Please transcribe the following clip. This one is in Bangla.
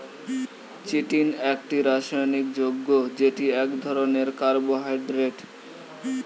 চিটিন একটি রাসায়নিক যৌগ্য যেটি এক ধরণের কার্বোহাইড্রেট